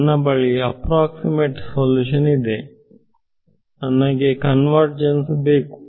ನನ್ನ ಬಳಿ approximate solution ಇದೆ ನನಗೆ ಕನ್ವರ್ಜನ್ಸ್ ಬೇಕು